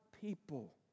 people